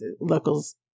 Locals